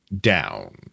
down